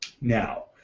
Now